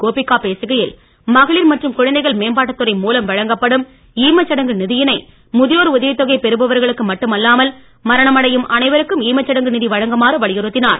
கோபிகா பேசுகையில் மகளிர் மற்றும் குழந்தைகள் மேம்பாட்டுத்துறை மூலம் வழங்கப்படும் ஈமச்சடங்கு நிதியினை முதியோர் உதவித் தொகை பெறுபவர்களுக்கு மட்டுமல்லாமல் மரணமடையும் அனைவருக்கும் ஈமச்சடங்கு நிதி வழங்குமாறு வலியுறுத்தினார்